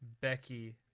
Becky